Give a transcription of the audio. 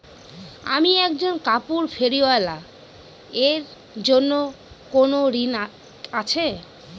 আমি একজন কাপড় ফেরীওয়ালা এর জন্য কোনো ঋণ আছে?